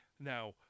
Now